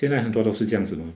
现在很多都是这样子的